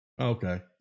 Okay